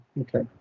okay